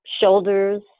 shoulders